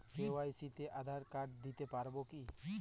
KYC তে Aadhaar card দিতে পারি কি?